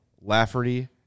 Lafferty